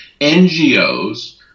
NGOs